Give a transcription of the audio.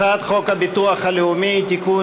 הצעת חוק הביטוח הלאומי (תיקון,